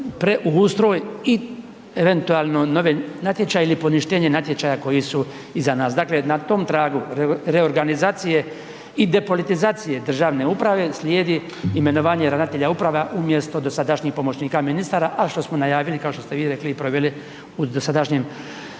preustroj i eventualno nove natječaje ili poništenje natječaja koji su iza nas. Dakle, na tom tragu reorganizacije i depolitizacije državne uprave slijedi imenovanje ravnatelja uprava umjesto dosadašnjih pomoćnika ministara, a kao što smo najavili kao što ste vi rekli i proveli u dosadašnjem